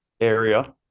area